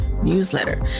newsletter